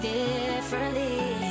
differently